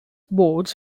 boards